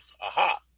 Aha